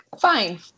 fine